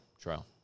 trial